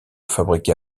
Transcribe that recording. fabriqué